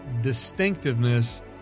distinctiveness